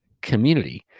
community